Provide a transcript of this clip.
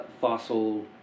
fossil